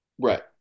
Right